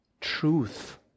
Truth